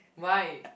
why